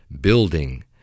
building